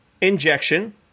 injection